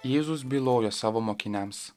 jėzus bylojo savo mokiniams